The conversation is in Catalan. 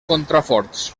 contraforts